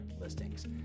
listings